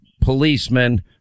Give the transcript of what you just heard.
policemen